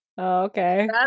okay